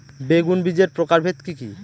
বেগুন বীজের প্রকারভেদ কি কী?